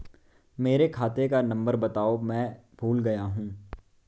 मेरे खाते का नंबर बताओ मैं भूल गया हूं